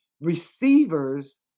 receivers